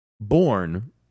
born